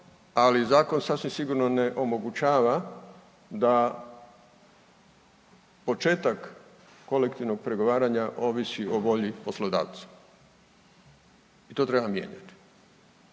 ali zakon sasvim sigurno ne omogućava da početak kolektivnog pregovaranja ovisi o volji poslodavca i to treba mijenjati.